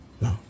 No